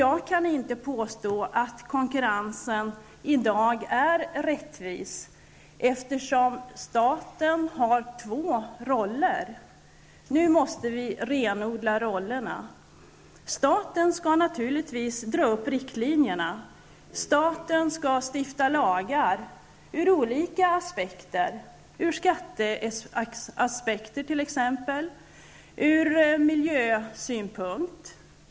Jag kan inte påstå att konkurrensen i dag är rättvis, eftersom staten har två roller, vilka nu måste renodlas. Staten skall naturligtvis dra upp riktlinjerna och stifta lagar med olika inriktningar, t.ex. från skattesynpunkt och miljösynpunkt.